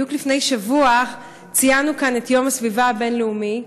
בדיוק לפני שבוע ציינו כאן את יום הסביבה הבין-לאומי,